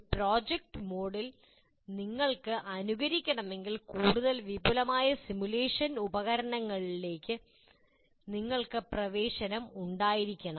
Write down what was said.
ഒരു പ്രോജക്റ്റ് മോഡിൽ നിങ്ങൾക്ക് അനുകരിക്കണമെങ്കിൽ കൂടുതൽ വിപുലമായ സിമുലേഷൻ ഉപകരണങ്ങളിലേക്ക് നിങ്ങൾക്ക് പ്രവേശനം ഉണ്ടായിരിക്കണം